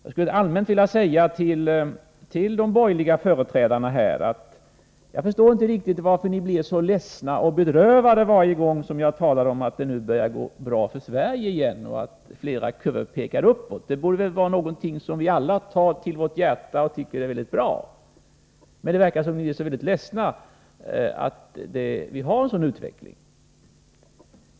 Jag vill till de borgerliga företrädarna här allmänt säga att jag inte riktigt förstår varför ni blir så ledsna och bedrövade varje gång som jag talar om att det nu börjar gå bra för Sverige igen och att flera kurvor pekar uppåt. Det borde vi väl alla ta till våra hjärtan och tycka är väldigt bra! Men det verkar som om ni är ledsna att vi har en sådan utveckling.